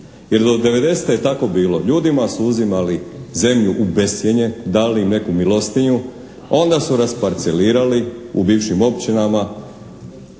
Jer do 90. je tako bilo. Ljudima su uzimali zemlju u bescjenje, dali im neku milostinju, onda su rasparcelirali u bivšim općinama.